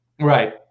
Right